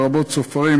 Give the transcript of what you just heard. לרבות צופרים,